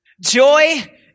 Joy